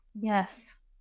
yes